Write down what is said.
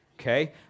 okay